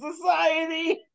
Society